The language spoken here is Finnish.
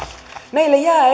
meille jää